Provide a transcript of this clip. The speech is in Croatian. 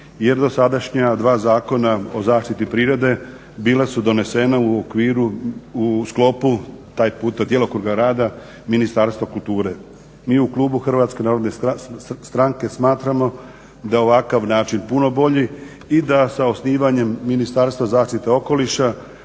jer dosadašnja dva Zakona o zaštiti prirode bila su donesena u sklopu taj puta djelokruga rada Ministarstva kulture. Mi u klubu HNS-a smatramo da je ovakav način puno bolji i da je s osnivanjem Ministarstva zaštite okoliša